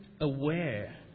aware